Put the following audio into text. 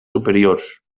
superiors